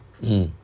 mm